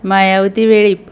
Mayawati Velip